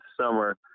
summer